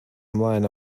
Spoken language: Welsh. ymlaen